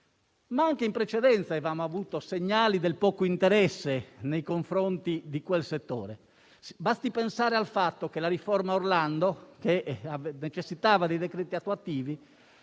che anche in precedenza avevamo avuto segnali del poco interesse nei confronti di quel settore. Basti pensare al fatto che la riforma Orlando necessitava dei decreti attuativi,